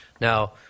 Now